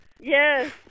Yes